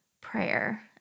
prayer